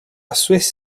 swiss